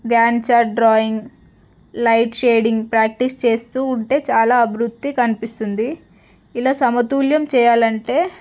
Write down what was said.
గ్యాన్చా drawing light shading practice చేస్తూ ఉంటే చాలా అభివృద్ధి కనిపిస్తుంది ఇలా సమతుల్యం చెయ్యాలంటే